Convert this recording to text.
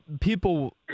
People –